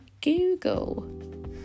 Google